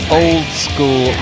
old-school